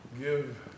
give